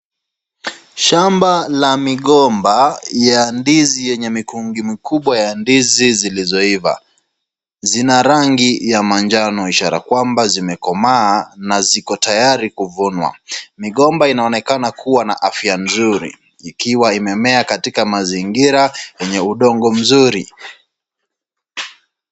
Shamba la migomba ya ndizi yenye mikungu mikubwa ya ndizi zilizoiva. Zinarangi ya manjano ishara kwamba zimekomaa na ziko tayari kuvunwa. Migomba inaonekana kuwa na afya nzuri ikiwa imemea katika mazingira yenye udongo mzuri.